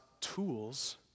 tools